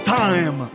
time